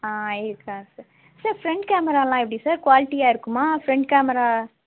ஆ இருக்கா sir sir front camera எல்லாம் எப்படி சார் குவாலிட்டியாக இருக்குமா ஃப்ரண்ட் கேமரா